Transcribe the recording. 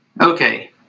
Okay